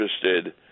interested